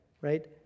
right